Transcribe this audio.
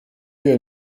wir